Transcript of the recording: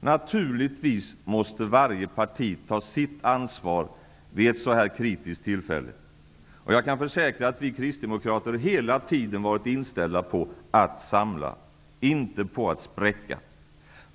Naturligtvis måste varje parti ta sitt ansvar vid ett så här kritiskt tillfälle. Jag kan försäkra att vi kristdemokrater hela tiden varit inställda på att samla, inte på att spräcka regeringen.